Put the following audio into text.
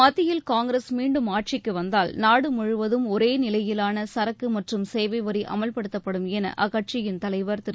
மத்தியில் காங்கிரஸ் மீண்டும் ஆட்சிக்கு வந்தால் நாடு முழுவதும் ஒரே நிலையிலான சரக்கு மற்றும் சேவை வரி அமல்படுத்தப்படும் என அக்கட்சியின் தலைவர் திரு